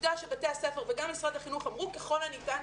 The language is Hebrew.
עובדה שבתי הספר וגם בתי הספר אמרו: ככל הניתן,